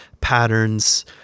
patterns